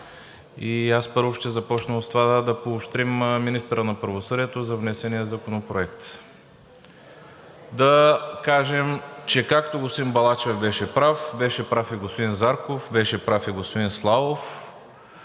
и аз първо ще започна с това да поощрим министъра на правосъдието за внесения законопроект. Да кажем, че както господин Балачев беше прав, беше прав и господин Зарков, беше прав и господин Славов